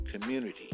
community